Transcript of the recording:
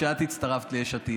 כשאת הצטרפת ליש עתיד,